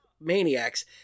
maniacs